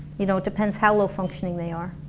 you know, depends how low-functioning they are